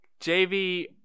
JV